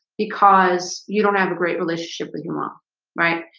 because you don't have a great relationship with your mom right?